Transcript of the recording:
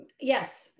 Yes